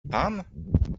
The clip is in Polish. pan